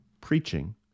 preaching